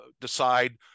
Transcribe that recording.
decide